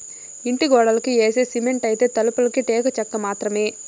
ఇంటి గోడలకి యేసే సిమెంటైతే, తలుపులకి టేకు చెక్క మాత్రమే